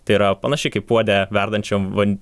tai yra panašiai kaip puode verdančiam van